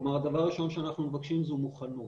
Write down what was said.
כלומר הדבר הראשון שאנחנו מבקשים זה מוכנות.